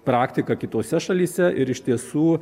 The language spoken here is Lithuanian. praktika kitose šalyse ir iš tiesų